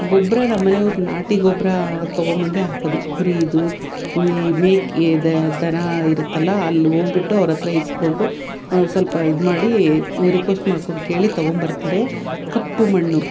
ಗೊಬ್ರ ನಮ್ಮ ಮನೆಯವ್ರು ನಾಟಿ ಗೊಬ್ರ ತೊಗೊಂಬಂದೆ ಹಾಕೋದು ಕುರೀದು ಈ ಮೇಕೆ ದನ ಇರುತ್ತಲ್ಲ ಅಲ್ಲಿ ಹೋಗ್ಬಿಟ್ಟು ಅವ್ರತ್ರ ಇಸ್ಕೊಂಡು ಸ್ವಲ್ಪ ಇದು ಮಾಡಿ ರಿಕ್ವೆಸ್ಟ್ ಮಾಡ್ಕೊಂಡು ಕೇಳಿ ತೊಗೊಂಬರ್ತಾರೆ ಕಪ್ಪು ಮಣ್ಣು